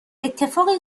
اتفاقی